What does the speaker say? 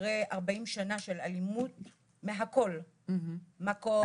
אחרי 40 שנה של אלימות בהכל מכות,